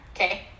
okay